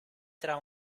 tra